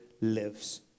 lives